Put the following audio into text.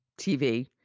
TV